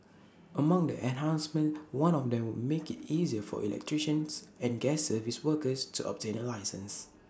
among the enhancements one of them would make IT easier for electricians and gas service workers to obtain A licence